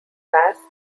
bass